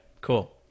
Cool